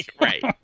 right